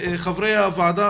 חברי הוועדה,